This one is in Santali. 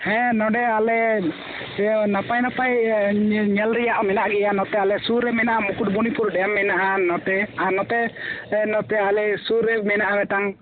ᱦᱮ ᱱᱚᱸᱰᱮ ᱟᱞᱮ ᱥᱮ ᱱᱟᱯᱟᱭ ᱱᱟᱯᱟᱭ ᱧᱮᱞ ᱨᱮᱭᱟᱜ ᱢᱮᱱᱟᱜ ᱜᱮᱭᱟ ᱱᱚᱛᱮ ᱟᱞᱮ ᱥᱩᱨᱼᱨᱮ ᱢᱮᱱᱟᱜᱼᱟ ᱢᱩᱠᱩᱴᱢᱩᱱᱤᱯᱩᱨ ᱰᱮᱢ ᱢᱮᱱᱟᱜᱼᱟ ᱱᱚᱛᱮ ᱟᱨ ᱱᱚᱛᱮ ᱮ ᱱᱚᱛᱮ ᱟᱞᱮ ᱥᱩᱨᱼᱨᱮ ᱢᱮᱱᱟᱜ ᱢᱤᱫᱴᱟᱝ